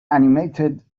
animated